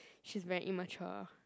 she's very immature